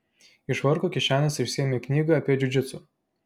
iš švarko kišenės išsiėmė knygą apie džiudžitsu